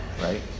Right